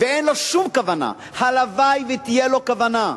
אין לו שום כוונה, הלוואי שתהיה לו כוונה.